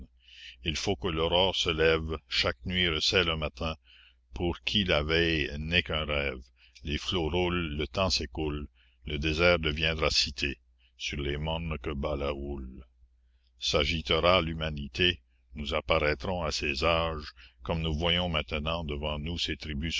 il faut que l'aurore se lève chaque nuit recèle un matin pour qui la veille n'est qu'un rêve les flots roulent le temps s'écoule le désert deviendra cité sur les mornes que bat la houle s'agitera l'humanité nous apparaîtrons à ces âges comme nous voyons maintenant devant nous ces tribus